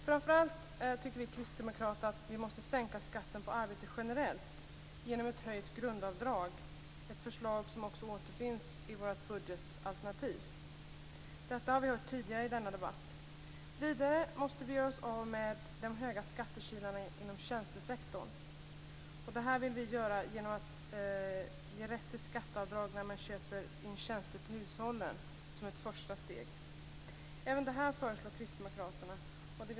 Framför allt tycker vi kristdemokrater att vi måste sänka skatten på arbete generellt genom ett höjt grundavdrag - ett förslag som också återfinns i vårt budgetalternativ. Detta har vi hört tidigare i denna debatt. Vidare måste vi göra oss av med de höga skattekilarna inom tjänstesektorn. Detta vill vi göra genom att ge rätt till skatteavdrag när man köper in tjänster till hushållen som ett första steg. Även detta föreslår kristdemokraterna.